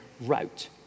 route